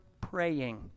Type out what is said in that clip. praying